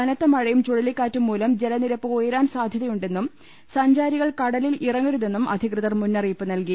കനത്ത മഴയും ചുഴലിക്കാറ്റും മൂലം ജലനിരപ്പ് ഉയരാൻ സാധ്യ തയുണ്ടെന്നും സഞ്ചാരികൾ കടലിൽ ഇറങ്ങരുതെന്നും അധി കൃതർ മുന്നറിയിപ്പ് നൽകി